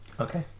Okay